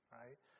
right